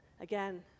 Again